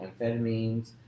amphetamines